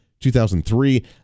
2003